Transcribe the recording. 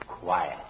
quiet